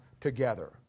together